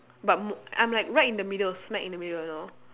but more I'm like right in the middle smack in the middle now